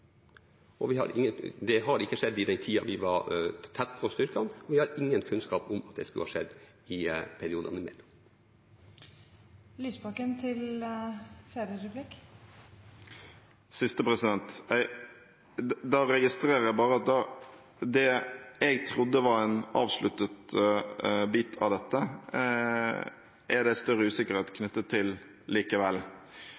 Det har ikke skjedd i den tiden vi var tett på styrkene, og vi har ingen kunnskap om at det skal ha skjedd i periodene imellom. Siste replikk: Da registrerer jeg bare at det jeg trodde var en avsluttet bit av dette, er det større usikkerhet